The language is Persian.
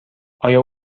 آیا